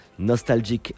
Nostalgic